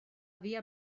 havia